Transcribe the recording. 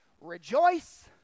Rejoice